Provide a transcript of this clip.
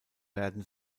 werden